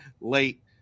late